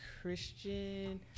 Christian